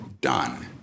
done